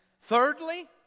thirdly